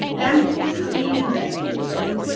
and this is being investigated,